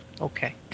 Okay